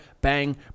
bang